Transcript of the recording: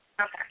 Okay